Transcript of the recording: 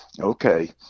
Okay